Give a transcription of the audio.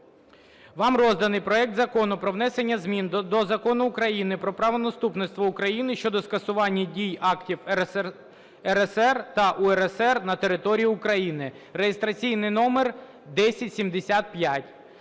Вам розданий проект Закону про внесення змін до Закону України "Про правонаступництво України" щодо скасування дії актів СРСР та УРСР на території України (реєстраційний номер 1075).